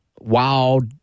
wild